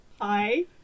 Hi